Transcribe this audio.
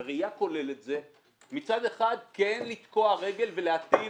בראייה כוללת זה מצד אחד כן לתקוע רגל ולהטיל